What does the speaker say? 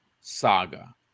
Saga